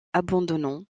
abandonnant